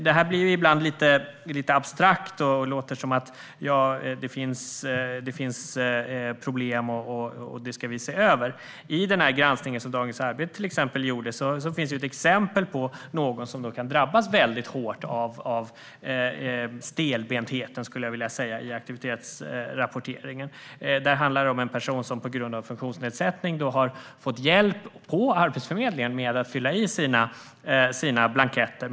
Det blir ibland lite abstrakt, och man talar om problem som man ska se över. I den granskning som Dagens Arbete gjorde finns ett exempel på någon som kan drabbas väldigt hårt av det jag kallar stelbentheten i aktivitetsrapporteringen. Det handlar om en person som på grund av funktionsnedsättning har fått hjälp hos Arbetsförmedlingen med att fylla i sina blanketter.